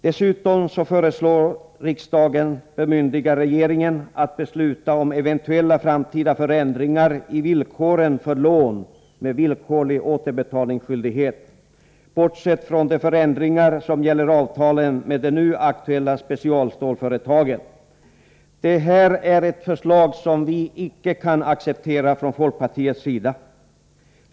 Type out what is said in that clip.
Dessutom föreslås riksdagen bemyndiga regeringen att besluta om eventuella framtida förändringar i villkoren för lån med villkorlig återbetalningsskyldighet, bortsett från de förändringar som gäller avtalen med de nu aktuella specialstålsföretagen. Detta är ett förslag som vi inte kan acceptera från folkpartiets sida.